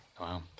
Wow